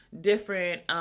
different